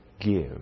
give